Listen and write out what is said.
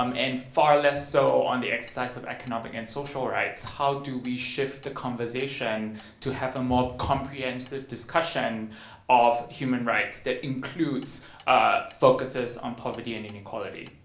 um and far less so on the exercise of economic and social rights, how do we shift the conversation to have a more comprehensive discussion of human rights that includes focuses on poverty and inequality?